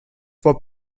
for